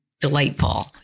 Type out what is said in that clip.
delightful